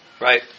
Right